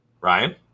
Ryan